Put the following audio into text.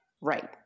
Right